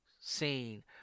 seen